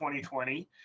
2020